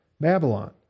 Babylon